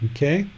Okay